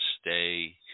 stay